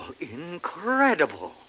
Incredible